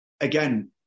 again